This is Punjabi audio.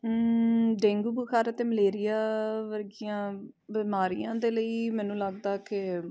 ਡੇਂਗੂ ਬੁਖਾਰ ਅਤੇ ਮਲੇਰੀਆ ਵਰਗੀਆਂ ਬਿਮਾਰੀਆਂ ਦੇ ਲਈ ਮੈਨੂੰ ਲੱਗਦਾ ਕਿ